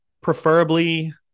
preferably